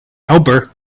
helper